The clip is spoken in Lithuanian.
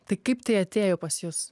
tai kaip tai atėjo pas jus